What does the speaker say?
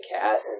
cat